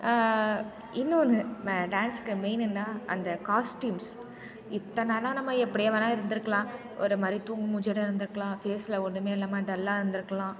இன்னொன்று ம டான்ஸ்க்கு மெயின் என்ன அந்த காஸ்ட்யூம்ஸ் இத்தனை நாளாக நம்ம எப்படியா வேணா இருந்திருக்கலாம் ஒரு மாதிரி தூங்கு மூஞ்சியோட இருந்திருக்கலாம் ஃபேஸ்ல ஒன்றுமே இல்லாமல் டல்லாக இருந்திருக்கலாம்